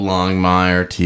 Longmire